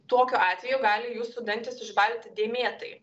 tokiu atveju gali jūsų dantys išbalti dėmėtai